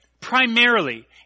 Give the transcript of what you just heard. primarily